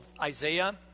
Isaiah